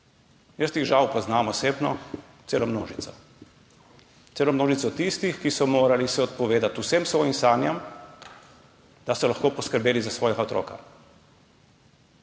Jaz jih, žal, poznam osebno celo množico. Poznam celo množico tistih, ki so se morali odpovedati vsem svojim sanjam, da so lahko poskrbeli za svojega otroka.